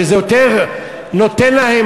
שזה יותר נותן להם,